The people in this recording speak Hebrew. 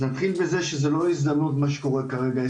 אז נתחיל בזה שזו לא הזדמנות מה שקורה כרגע,